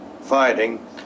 fighting